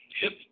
hip